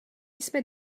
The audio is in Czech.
jsme